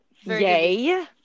yay